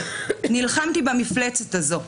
נלחמתי במפלצת הזאת,